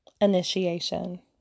Initiation